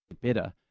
better